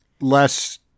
less